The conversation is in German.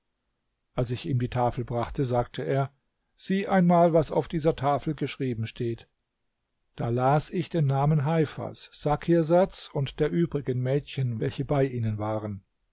als ich ihm die tafel brachte sagte er sieh einmal was auf dieser tafel geschrieben steht da las ich den namen heifas sakirsads und der übrigen mädchen welche bei ihnen waren